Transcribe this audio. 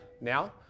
now